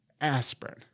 aspirin